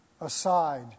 aside